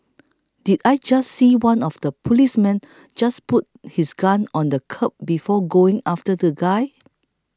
did I just see one of the policemen just put his gun on the curb before going after the guy